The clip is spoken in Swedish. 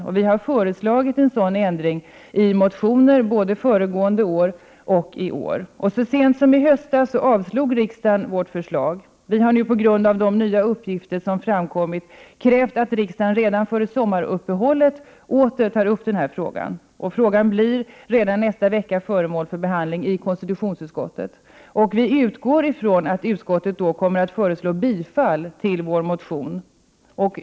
Vi har föreslagit en sådan ändring i olika motioner både föregående år och i år. Men så sent som i höstas avslog riksdagen vår motion. På grund av de nya uppgifter som framkommit har vi ånyo krävt att riksdagen redan före sommaruppehållet tar upp den här frågan. Frågan blir redan nästa vecka föremål för behandling i konstitutionsutskottet. Vi utgår från att utskottet då kommer att tillstyrka vår motion.